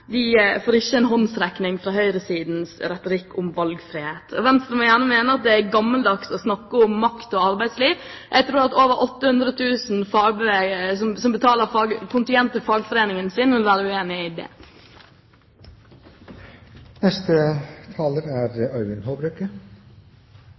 vi får meldt inn. Disse mennene får ikke en håndsrekning fra høyresidens retorikk om valgfrihet. Venstre må gjerne mene at det er gammeldags å snakke om makt og arbeidsliv. Jeg tror at de over 800 000 som betaler kontingent til fagforeningen sin, vil være uenig i